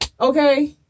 okay